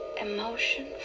emotion